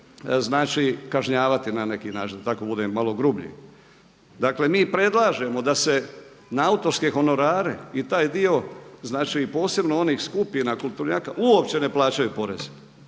će kažnjavati na neki način, da tako budem malo grublji. Dakle mi predlažemo da se na autorske honorare i taj dio posebno onih skupina kulturnjaka uopće ne plaćaju porezi